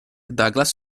douglas